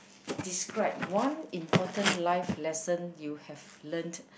describe one important life lesson you have learnt